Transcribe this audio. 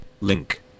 link